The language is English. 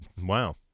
wow